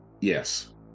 yes